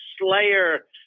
Slayer